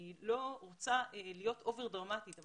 אני לא רוצה להיות יותר מדי דרמטית אבל